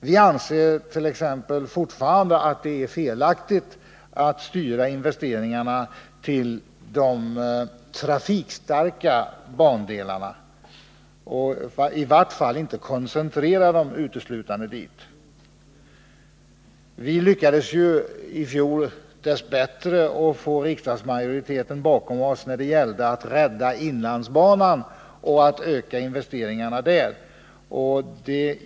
Vi anser t.ex. fortfarande att det är felaktigt att styra investeringarna till de trafikstarka bandelarna. De bör i vart fall inte uteslutande koncentreras dit. Vi lyckades i fjol dess bättre få riksdagsmajoriteten bakom oss när det gällde att rädda inlandsbanan och öka investeringarna för den.